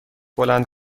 بلند